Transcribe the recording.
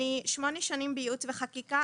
אני שמונה שנים בייעוץ וחקיקה,